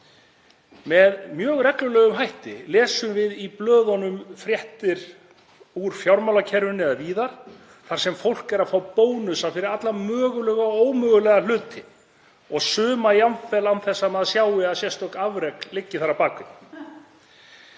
Með mjög reglulegum hætti lesum við í blöðunum fréttir úr fjármálakerfinu eða víðar þar sem fólk fær bónusa fyrir alla mögulega og ómögulega hluti og suma jafnvel án þess að maður sjái að sérstök afrek liggi þar að baki.